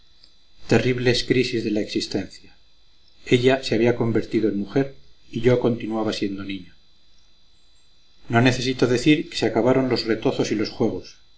terribles crisis de la existencia ella se había convertido en mujer y yo continuaba siendo niño no necesito decir que se acabaron los retozos y los juegos